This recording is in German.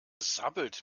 sabbelt